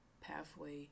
pathway